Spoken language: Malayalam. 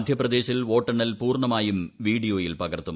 മധ്യപ്രദേശിൽ വോട്ടെണ്ണൽ പൂർണമായും വീഡിയോയിൽ പകർത്തും